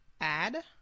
Add